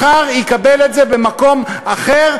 מחר יקבל את זה במקום אחר,